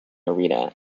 arena